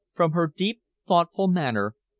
from her deep, thoughtful manner,